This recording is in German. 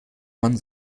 man